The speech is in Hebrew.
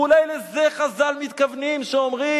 אולי לזה חז"ל מתכוונים כשהם אומרים: